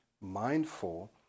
mindful